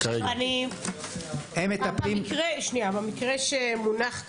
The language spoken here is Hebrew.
במקרה שמונח כאן,